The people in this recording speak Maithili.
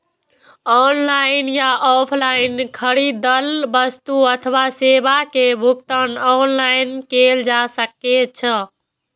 ऑनलाइन या ऑफलाइन खरीदल वस्तु अथवा सेवा के भुगतान ऑनलाइन कैल जा सकैछ